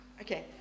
okay